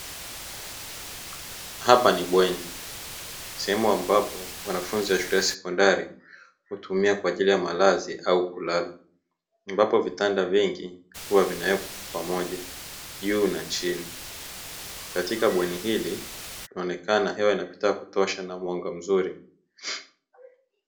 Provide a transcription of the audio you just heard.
Hapa ni bweni, sehemu ambapo wanafunzi wa shule ya sekondari, hutumia kwa ajili ya malazi au kulala, ambapo vitanda vingi huwa vinawekwa kwa pamoja juu na chini, katika bweni hili inaonekana hewa inapita ya kutosha na mwanga mzuri.